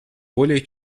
более